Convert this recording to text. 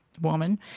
woman